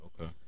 Okay